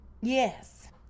Yes